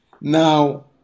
Now